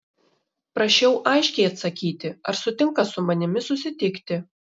prašiau aiškiai atsakyti ar sutinka su manimi susitikti